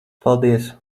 paldies